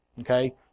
Okay